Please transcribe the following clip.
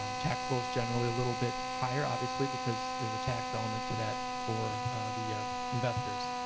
um taxable is generally a little bit higher, obviously, because there's a tax element to that for the investors.